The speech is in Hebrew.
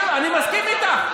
אני מסכים איתך.